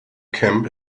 camp